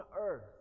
earth